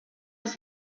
his